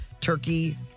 turkey